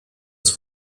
ist